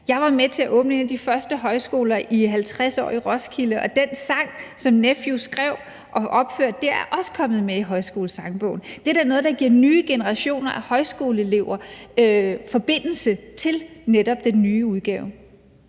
Jeg var med til at åbne en af de første højskoler i 50 år i Roskilde, og den sang, som Nephew skrev og opførte der, er også kommet med i »Højskolesangbogen«. Det er da netop noget, der giver nye generationer af højskoleelever forbindelse til den nye udgave.